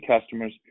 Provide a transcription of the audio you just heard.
customers